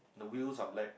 the wheels are black